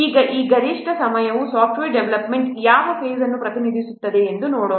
ಈಗ ಈ ಗರಿಷ್ಠ ಸಮಯವು ಸಾಫ್ಟ್ವೇರ್ ಡೆವಲಪ್ಮೆಂಟ್ ಯಾವ ಫೇಸ್ ಅನ್ನು ಪ್ರತಿನಿಧಿಸುತ್ತದೆ ಎಂಬುದನ್ನು ನೋಡೋಣ